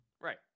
right